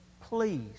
Please